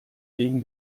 gegen